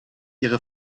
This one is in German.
ihre